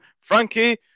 Frankie